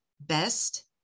best